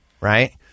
right